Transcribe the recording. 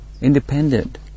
independent